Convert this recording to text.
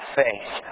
faith